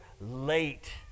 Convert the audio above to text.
late